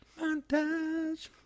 Montage